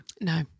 no